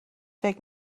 فکر